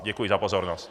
Děkuji za pozornost.